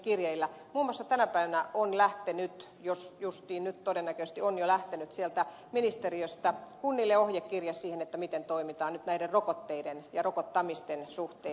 muun muassa tänä päivänä on lähtenyt juuri nyt todennäköisesti on jo lähtenyt sieltä ministeriöstä kunnille ohjekirje siitä miten toimitaan nyt näiden rokotteiden ja rokottamisten suhteen